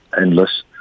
endless